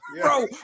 Bro